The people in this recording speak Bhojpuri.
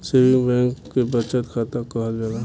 सेविंग बैंक के बचत खाता कहल जाला